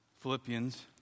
Philippians